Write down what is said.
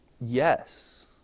Yes